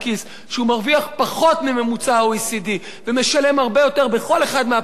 שמרוויח פחות מממוצע ה-OECD ומשלם הרבה יותר בכל אחד מהפרמטרים,